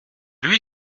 lui